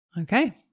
Okay